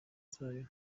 zayo